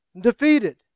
defeated